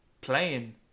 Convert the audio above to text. playing